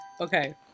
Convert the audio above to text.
okay